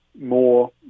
more